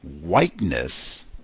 whiteness